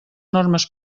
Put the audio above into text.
normes